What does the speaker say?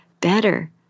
better